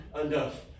enough